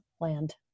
land